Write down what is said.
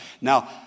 Now